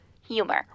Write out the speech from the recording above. Humor